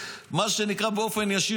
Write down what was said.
מה שנקרא באופן ישיר,